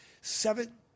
Seven